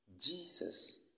Jesus